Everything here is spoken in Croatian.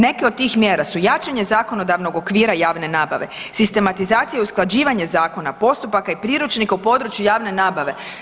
Neke od tih mjera su jačanje zakonodavnog okvira javne nabave, sistematizacija i usklađivanje zakona, postupaka i priručnika u području javne nabave.